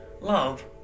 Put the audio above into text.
love